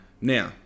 Now